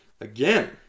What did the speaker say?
Again